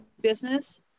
business